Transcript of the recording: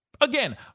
Again